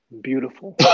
beautiful